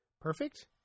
Perfect